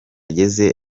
igikorwa